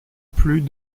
plus